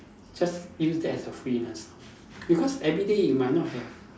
just use that as a freelance because everyday you might not have